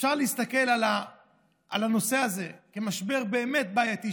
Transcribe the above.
אפשר להסתכל על הנושא הזה כמשבר באמת בעייתי,